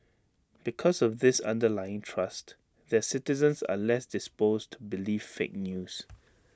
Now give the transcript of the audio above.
because of this underlying trust their citizens are less disposed to believe fake news